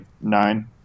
nine